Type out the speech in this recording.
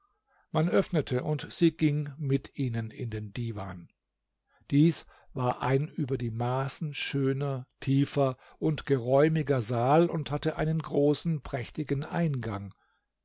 man öffnete und sie ging mit ihnen in den divan dies war ein über die maßen schöner tiefer und geräumiger saal und hatte einen großen prächtigen eingang